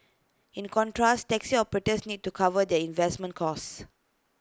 in contrast taxi operators need to cover their investment costs